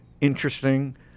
interesting